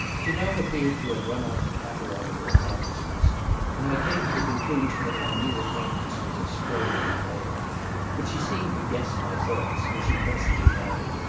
she now appeared to have run out the catalogue of her accomplishments and i came to the conclusion that my new acquaintance was a strolling player but she seemed to guess my thoughts, for she presently added.